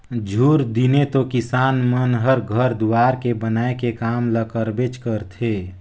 झूर दिने तो किसान मन हर घर दुवार के बनाए के काम ल करबेच करथे